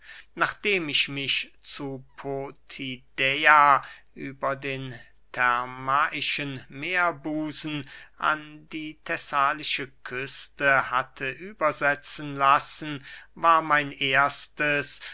nachdem ich mich zu potidäa über den thermaischen meerbusen an die thessalische küste hatte übersetzen lassen war mein erstes